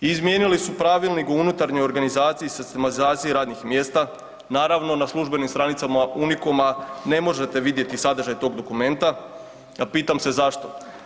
Izmijenili su pravilnik o unutarnjoj organizaciji i sistematizaciji radnih mjesta, naravno na službenim stranicama „Unikoma“ ne možete vidjeti sadržaj tog dokumenta, a pitam se zašto?